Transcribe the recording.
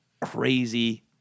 crazy